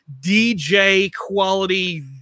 DJ-quality